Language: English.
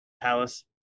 Palace